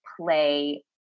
play